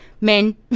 men